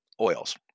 oils